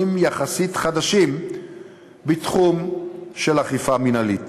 יחסית חדשים בתחום של אכיפה מינהלית: